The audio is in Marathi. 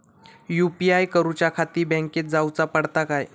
यू.पी.आय करूच्याखाती बँकेत जाऊचा पडता काय?